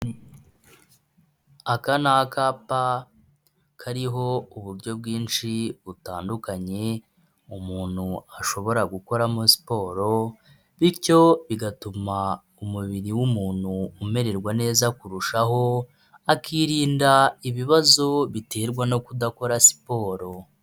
Aka ni akapa kariho uburyo bwinshi butandukanye umuntu ashobora gukoramo siporo, bityo bigatuma umubiri w'umuntu umererwa neza kurushaho, akirinda ibibazo biterwa no kudakora siporo.